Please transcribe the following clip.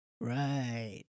Right